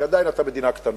כי עדיין אתה מדינה קטנה.